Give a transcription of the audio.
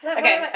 okay